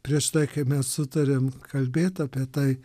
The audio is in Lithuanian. prieš tai kai mes sutarėm kalbėt apie tai